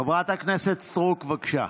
חברת הכנסת סטרוק, בבקשה.